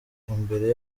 imbere